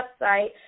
website